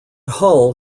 hull